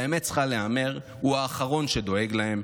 והאמת צריכה להיאמר, הוא האחרון שדואג להם.